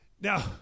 Now